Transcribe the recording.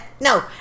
no